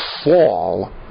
fall